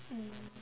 mm